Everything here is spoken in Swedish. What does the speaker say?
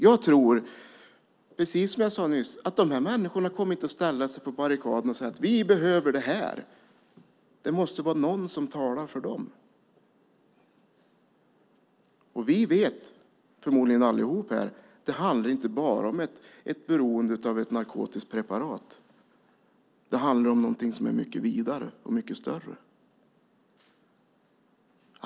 Jag tror inte, precis som jag sade nyss, att dessa människor kommer att ställa sig på barrikaderna och säga: Vi behöver det här! Det måste finnas någon som talar för dem. Vi vet förmodligen allihop här att det inte bara handlar om ett beroende av ett narkotiskt preparat. Det handlar om någonting som är mycket vidare och mycket större.